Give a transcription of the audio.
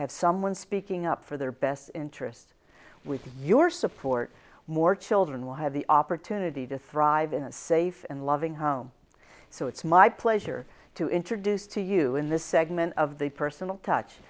have someone speaking up for their best interests with your support more children will have the opportunity to thrive in a safe and loving home so it's my pleasure to introduce to you in this segment of the personal touch